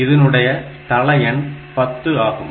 இதனுடைய தள எண் 10 ஆகும்